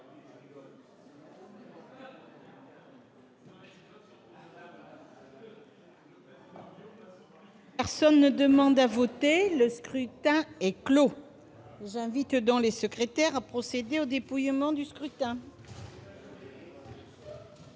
Personne ne demande plus à voter ?... Le scrutin est clos. J'invite Mmes et MM. les secrétaires à procéder au dépouillement du scrutin.